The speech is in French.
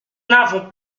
n’avons